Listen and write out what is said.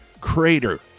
crater